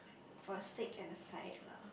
for a steak and a side lah